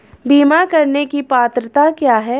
बीमा करने की पात्रता क्या है?